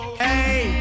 hey